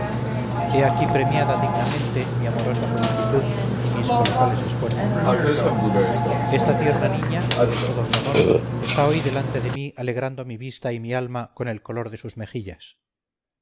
he aquí premiada dignamente mi amorosa solicitud y mis colosales esfuerzos esta tierna niña que es todo mi amor está hoy delante de mí alegrando mi vista y mi alma con el color de sus mejillas